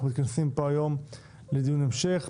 אנחנו מתכנסים פה היום לדיון המשך,